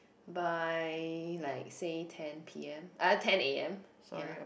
by like say ten p_m uh ten a_m ya